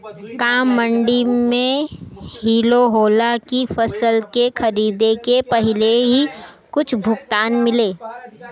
का मंडी में इहो होला की फसल के खरीदे के पहिले ही कुछ भुगतान मिले?